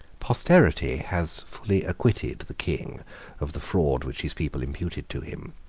posterity has fully acquitted the king of the fraud which his people imputed to him.